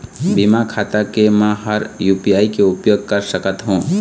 बिना खाता के म हर यू.पी.आई के उपयोग कर सकत हो?